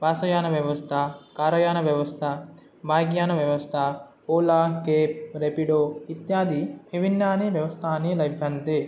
बसयानव्यवस्था car यानव्यवस्था bike यानव्यवस्था Ola cab Rapido इत्यादि विभिन्नानि व्यवस्थानि लभ्यन्ते